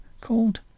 called